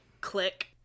click